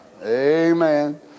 Amen